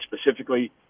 specifically